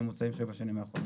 מתן,